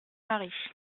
maris